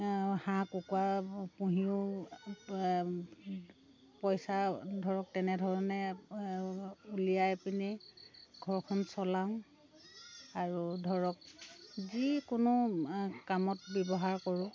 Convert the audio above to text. হাঁহ কুকুৰা পুহিও পইচা ধৰক তেনেধৰণে উলিয়াই পেনি ঘৰখন চলাওঁ আৰু ধৰক যিকোনো কামত ব্যৱহাৰ কৰোঁ